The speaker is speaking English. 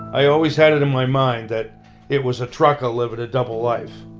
i always had it in my mind that it was a trucker living a double life.